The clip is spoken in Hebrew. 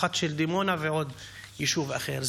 אחת של דימונה ועוד יישוב אחר.